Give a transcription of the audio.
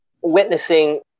witnessing